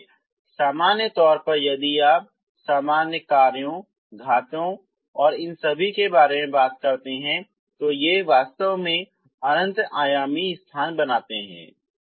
इसलिए सामान्य तौर पर यदि आप सामान्य कार्यों घातीय इन सभी के बारे में बात करते हैं तो वे वास्तव में अनंत आयामी स्थान बनाते हैं